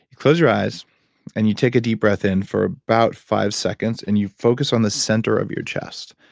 close your eyes and you take a deep breath in for about five seconds and you focus on the center of your chest,